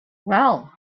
well